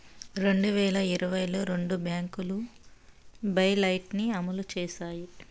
రెండు వేల ఇరవైలో రెండు బ్యాంకులు బెయిలౌట్ ని అమలు చేశాయి